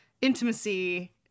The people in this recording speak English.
intimacy